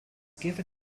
given